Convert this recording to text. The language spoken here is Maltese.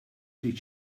trid